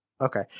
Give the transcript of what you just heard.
Okay